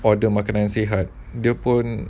order makanan sihat dia pun